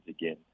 again